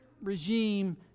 regime